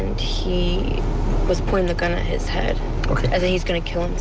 he was pointing a gun at his head that he was going to kill